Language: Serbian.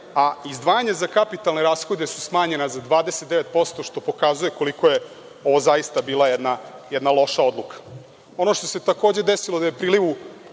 a izdvajanja za kapitalne rashode su smanjena za 29%, što pokazuje koliko je ovo zaista bila jedna loša odluka. Ono što se takođe desilo, jeste da je priliv